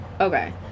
okay